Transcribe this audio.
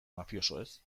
mafiosoez